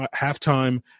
halftime